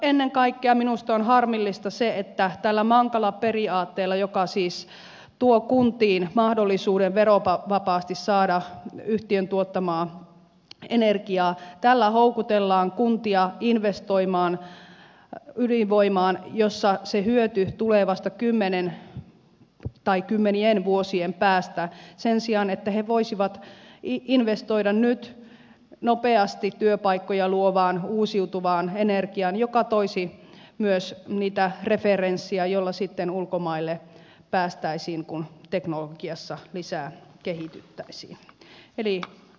ennen kaikkea minusta on harmillista se että mankala periaatteella joka siis tuo kuntiin mahdollisuuden verovapaasti saada yhtiön tuottamaa energiaa houkutellaan kuntia investoimaan ydinvoimaan josta se hyöty tulee vasta kymmenien vuosien päästä sen sijaan että he voisivat investoida nyt nopeasti työpaikkoja luovaan uusiutuvaan energiaan joka toisi myös niitä referenssejä joilla sitten ulkomaille päästäisiin kun teknologiassa lisää kehityttäisiin